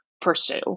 pursue